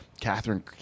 Catherine